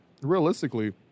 realistically